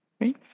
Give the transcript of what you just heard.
right